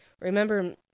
Remember